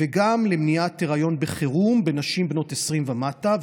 וגם למניעת היריון בחירום בנשים בנות 20 ומטה,